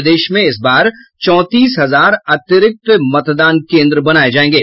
प्रदेश में इस बार चौंतीस हजार अतिरिक्त मतदान केंद्र बनाये जायेंगे